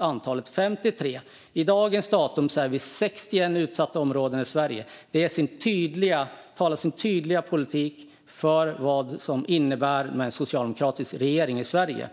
Antalet var då 53. På dagens datum finns det 61 utsatta områden i Sverige. Det talar sitt tydliga språk om vad det innebär med en socialdemokratisk regering i Sverige.